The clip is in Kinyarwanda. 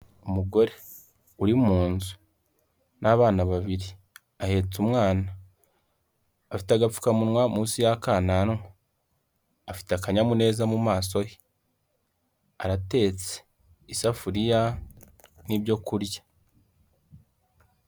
Umugore uri mu nzu n'abana babiri ahetse umwana, afite agapfukamunwa munsi y'akananwa, afite akanyamuneza mu maso he, aratetse, isafuriya n'ibyo kurya.